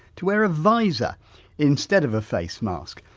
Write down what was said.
to wear a visor instead of a face mask,